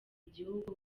igihugu